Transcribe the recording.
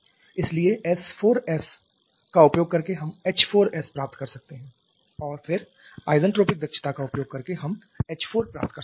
इसलिए s4s का उपयोग करके हम h4s प्राप्त कर सकते हैं और फिर isentropic दक्षता का उपयोग करके हम h4 प्राप्त कर सकते हैं